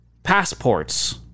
Passports